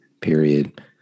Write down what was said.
period